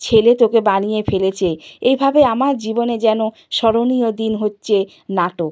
ছেলে তোকে বানিয়ে ফেলেছে এভাবে আমার জীবনে যেন স্মরণীয় দিন হচ্ছে নাটক